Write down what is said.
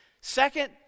second